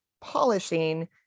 polishing